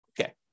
Okay